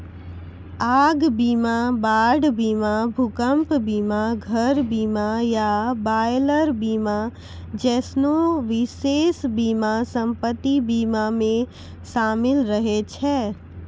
आग बीमा, बाढ़ बीमा, भूकंप बीमा, घर बीमा या बॉयलर बीमा जैसनो विशेष बीमा सम्पति बीमा मे शामिल रहै छै